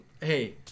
Hey